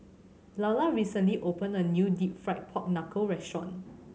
Lalla recently opened a new Deep Fried Pork Knuckle restaurant